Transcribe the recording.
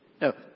No